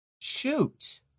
Shoot